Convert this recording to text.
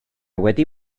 wedi